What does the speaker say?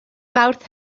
mawrth